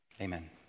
Amen